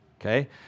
Okay